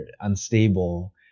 unstable